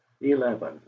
eleven